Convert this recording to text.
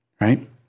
right